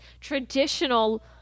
traditional